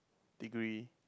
degree